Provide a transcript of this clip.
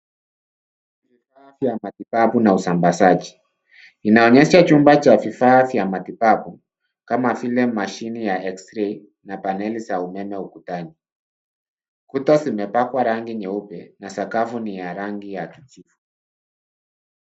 Vifaa vya matibabu na usambazaji. Inaonyesha chumba cha vifaa vya matibabu kama vile mashine ya X-ray na paneli za umeme ukutani. Kuta zimepakwa rangi nyeupe na sakafu ni ya rangi ya kijivu.